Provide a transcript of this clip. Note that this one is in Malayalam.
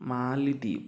മാലി ദീപ്